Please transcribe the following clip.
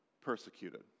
persecuted